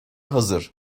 hazır